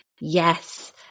Yes